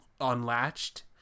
unlatched